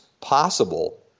possible